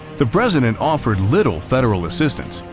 the president offered little federal assistance,